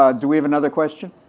ah do we have another question?